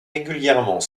régulièrement